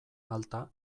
alta